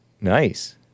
Nice